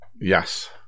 yes